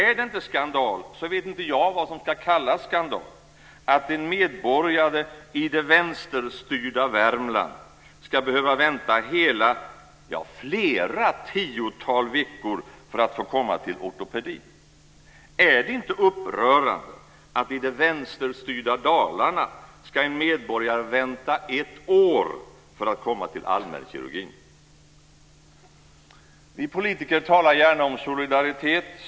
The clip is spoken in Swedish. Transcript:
Är det inte skandal då vet inte jag vad som ska kallas skandal att en medborgare i det vänsterstyrda Värmland ska behöva vänta flera tiotal veckor för att få komma till ortopedin. Är det inte upprörande att i det vänsterstyrda Dalarna ska en medborgare vänta ett år på att få komma till allmänkirurgin? Vi politiker talar gärna om solidaritet.